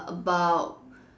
about